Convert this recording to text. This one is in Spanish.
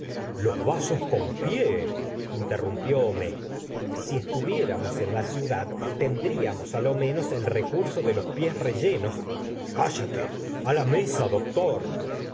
los vasos con piel interrumpió homais si estuviéramos en la ciudad tendríamos á lo menos el recurso de los pies rellenos cállate a la mesa doctor